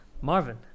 Marvin